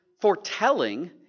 foretelling